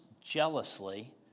jealously